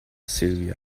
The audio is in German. silvia